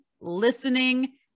listening